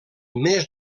més